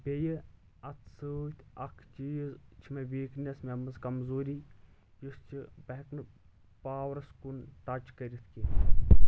بیٚیہِ اتھ سۭتۍ اکھ چیٖز چھُ مےٚ ویٖکنٮ۪س مےٚ منٛز کمزوٗری یہِ چھُ بہٕ ہٮ۪کہٕ نہٕ پاورس کُن ٹچ کٔرتھ کینٛہہ